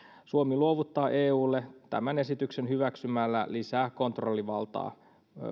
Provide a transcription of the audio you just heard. suomi luovuttaa eulle tämän esityksen hyväksymällä lisää kontrollivaltaa